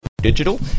Digital